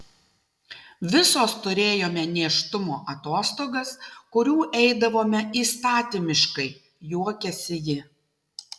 visos turėjome nėštumo atostogas kurių eidavome įstatymiškai juokėsi ji